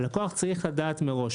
הלקוח צריך לדעת מראש.